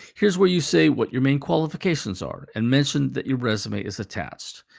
here's where you say what your main qualifications are, and mention that your resume is attached.